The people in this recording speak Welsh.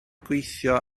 gweithio